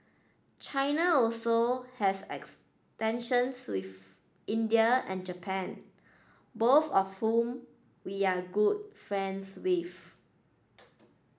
China also has extensions with India and Japan both of whom we are good friends with